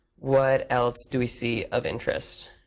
what else do we see of interest?